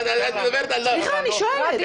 סליחה, אני שואלת.